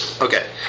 Okay